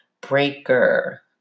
Breaker